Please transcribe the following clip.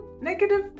negative